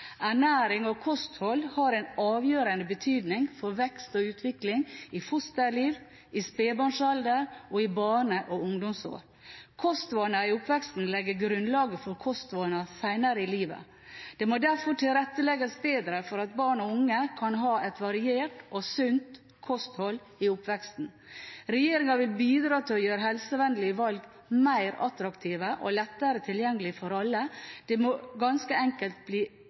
Ernæring og kosthold har en avgjørende betydning for vekst og utvikling i fosterliv, i spedbarnsalder og i barne- og ungdomsårene. Kostvaner i oppveksten legger grunnlaget for kostvaner senere i livet. Det må derfor tilrettelegges bedre for at barn og unge kan ha et variert og sunt kosthold i oppveksten. Regjeringen vil bidra til å gjøre helsevennlige valg mer attraktive og lettere tilgjengelig for alle. Det må ganske enkelt bli